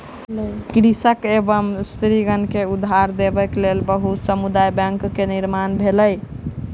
कृषक एवं स्त्रीगण के उधार देबक लेल बहुत समुदाय बैंक के निर्माण भेलै